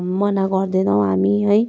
मनाही गर्दैनौँ हामी है